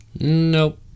Nope